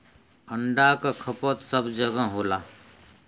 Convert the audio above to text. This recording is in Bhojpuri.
अंडा क खपत सब जगह होला